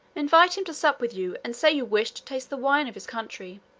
invite him to sup with you, and say you wish to taste the wine of his country.